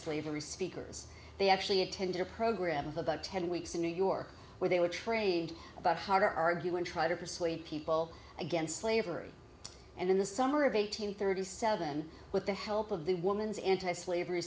slavery speakers they actually attended a program of about ten weeks in new york where they were trained about harder argue and try to persuade people against slavery and in the summer of eight hundred thirty seven with the help of the woman's anti slavery